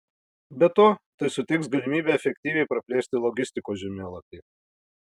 be to tai suteiks galimybę efektyviai praplėsti logistikos žemėlapį